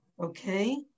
Okay